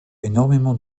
énormément